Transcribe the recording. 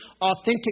authentic